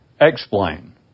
explain